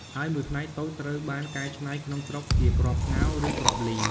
ហើយ មួយផ្នែកតូចត្រូវបានកែច្នៃក្នុងស្រុកជាគ្រាប់ស្ងោរ ឬគ្រាប់លីង។